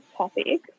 Topic